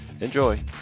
Enjoy